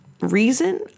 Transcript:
reason